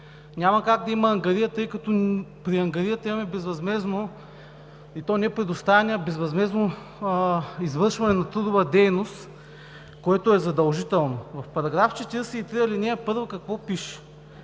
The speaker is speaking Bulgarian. Няма как да има ангария, тъй като при ангарията имаме безвъзмездно, и то не предоставяне, а безвъзмездно извършване на трудова дейност, което е задължително. В § 43, ал. 1 какво пише?